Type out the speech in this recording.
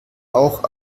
auch